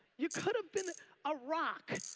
you could've been a rock.